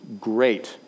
great